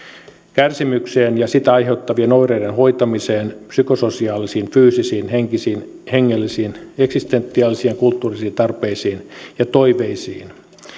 kärsimykseen ja sitä aiheuttavien oireiden hoitamiseen psykososiaalisiin fyysisiin henkisiin hengellisiin eksistentiaalisiin ja kulttuurisiin tarpeisiin ja toiveisiin